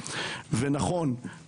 נכון,